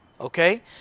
Okay